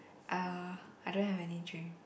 uh I don't have any dream